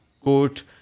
quote